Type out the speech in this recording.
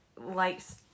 likes